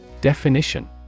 Definition